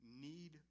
need